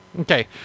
Okay